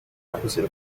opposite